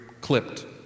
clipped